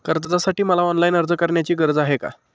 कर्जासाठी मला ऑनलाईन अर्ज करण्याची गरज आहे का?